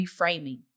reframing